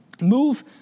move